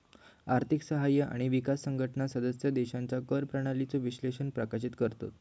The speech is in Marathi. आर्थिक सहकार्य आणि विकास संघटना सदस्य देशांच्या कर प्रणालीचो विश्लेषण प्रकाशित करतत